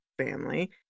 family